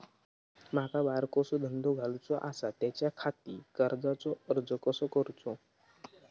माका बारकोसो धंदो घालुचो आसा त्याच्याखाती कर्जाचो अर्ज कसो करूचो?